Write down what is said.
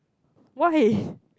why